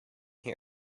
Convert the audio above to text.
here